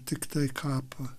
tiktai kapą